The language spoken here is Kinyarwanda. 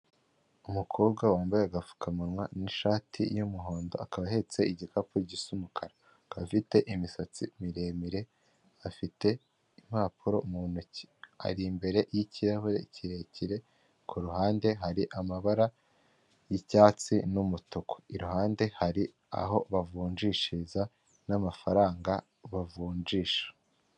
umukobwa wambaye agapfukamunwa n'ishati' y'umuhondo akaba ahetse igikapu gisa umukara akaba afite imisatsi miremire afite impapuro mu ntoki ari imbere y'ikirahure kirekire kuruhande hari amabara y'icyatsi n'umutuku iruhande hari aho bavunjishiriza n'amafaranga bavunjisha.